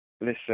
Listen